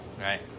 right